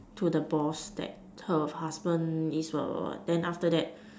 to the boss that her husband is a what then after that